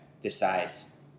Decides